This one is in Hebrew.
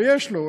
ויש לו,